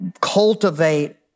cultivate